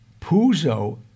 Puzo